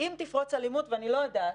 אם תפרוץ אלימות ואני לא יודעת,